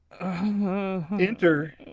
Enter